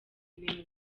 ibintu